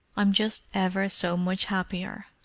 i'm just ever so much happier.